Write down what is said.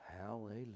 Hallelujah